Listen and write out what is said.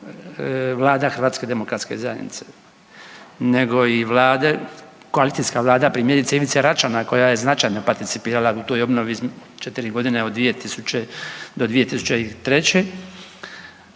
Vlada HDZ-a nego i vlade, koalicijska vlada primjerice Ivice Račana koja je značajno participirala u toj obnovi 4 godine od 2000. do 2003.,